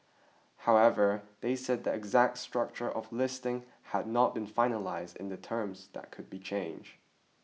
however they said the exact structure of listing had not been finalised and the terms that could be change